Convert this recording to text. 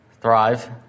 thrive